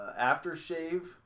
aftershave